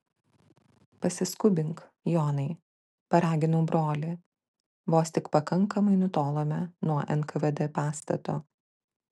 pasiskubink jonai paraginau brolį vos tik pakankamai nutolome nuo nkvd pastato